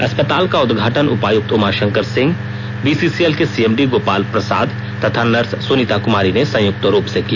अस्पताल का उदघाटन उपायुक्त उमा शंकर सिंह बीसीसीएल के सीएमडी गोपाल प्रसाद तथा नर्स सुनीता कुमारी ने संयुक्त रूप से किया